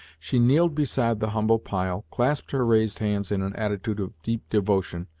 she kneeled beside the humble pile, clasped her raised hands in an attitude of deep devotion,